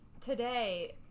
today